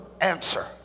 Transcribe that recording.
answer